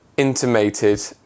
intimated